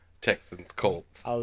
Texans-Colts